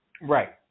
Right